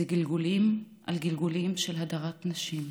זה גלגולים על גלגולים של הדרת נשים.